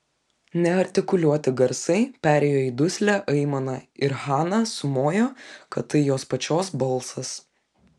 neartikuliuoti garsai perėjo į duslią aimaną ir hana sumojo kad tai jos pačios balsas